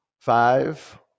Five